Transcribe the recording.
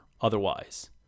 otherwise